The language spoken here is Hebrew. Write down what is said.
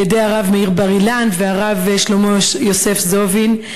על-ידי הרב מאיר בר-אילן והרב שלמה יוסף זוֹוין.